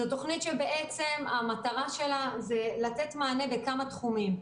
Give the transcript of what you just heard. זאת תוכנית שהמטרה שלה לתת מענה בכמה תחומים.